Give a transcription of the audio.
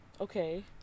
Okay